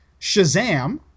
Shazam